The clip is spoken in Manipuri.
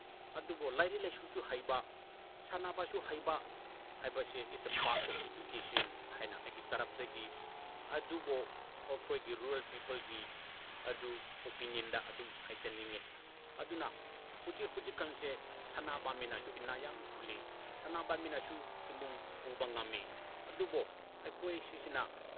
ꯑꯗꯨꯕꯨ ꯂꯥꯏꯔꯤꯛ ꯂꯥꯏꯁꯨꯁꯨ ꯍꯩꯕ ꯁꯥꯟꯅꯕꯁꯨ ꯍꯩꯕ ꯍꯥꯏꯕꯁꯤ it's a part of education ꯍꯥꯏꯅ ꯑꯩꯒꯤ ꯇꯔꯞꯇꯒꯤ ꯑꯗꯨꯕꯨ ꯑꯩꯈꯣꯏꯒꯤ ꯔꯨꯔꯦꯜ ꯄꯤꯄꯜꯒꯤ ꯑꯗꯨ ꯑꯣꯄꯤꯅꯤꯌꯟꯗ ꯑꯗꯨꯝ ꯍꯥꯏꯖꯅꯤꯡꯉꯤ ꯑꯗꯨꯅ ꯍꯧꯖꯤꯛ ꯍꯧꯖꯤꯛꯀꯥꯟꯁꯦ ꯁꯥꯟꯅꯕ ꯃꯤꯅꯁꯨ ꯏꯅꯥ ꯌꯥꯝ ꯈꯨꯜꯂꯤ ꯁꯥꯟꯅꯕ ꯃꯤꯅꯁꯨ ꯏꯃꯨꯡ ꯄꯨꯕ ꯉꯝꯃꯤ ꯑꯗꯨꯕꯨ ꯑꯩꯈꯣꯏꯁꯤꯁꯤꯅ